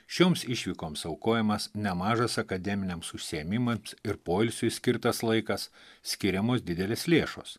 šioms išvykoms aukojamas nemažas akademiniams užsiėmimams ir poilsiui skirtas laikas skiriamos didelės lėšos